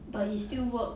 but he still work